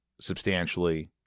substantially